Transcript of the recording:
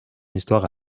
histoire